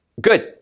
Good